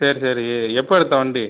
சரி சரி எ எப்போது எடுத்தே வண்டி